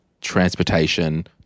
transportation